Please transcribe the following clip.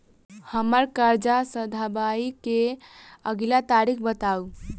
हम्मर कर्जा सधाबई केँ अगिला तारीख बताऊ?